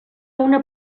una